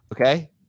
Okay